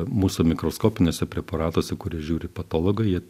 mūsų mikroskopiniuose preparatuose kurie žiūri patologai jie